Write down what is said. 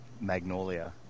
magnolia